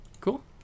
Cool